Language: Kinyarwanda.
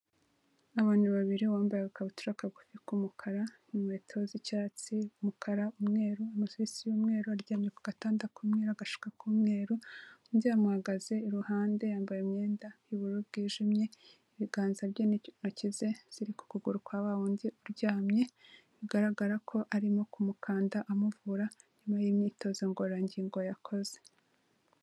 Abantu babiri uwambaye agakabutura kagufi k'umukara n'inkweto z'icyatsi, umukara, umweru, amaogisi y'umweru, aryamye ku gatanda k'umweru, agashuka k'umweru, undi yamuhagaze iruhande yambaye imyenda y'ubururu bwijimye, ibiganza bye n'intoki ze ziri kuguru kwa wa wundi uryamye, bigaragara ko arimo kumukanda amuvura nyuma y'imyitozo ngororangingo yakoze.